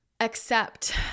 accept